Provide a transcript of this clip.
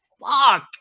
Fuck